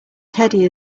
teddy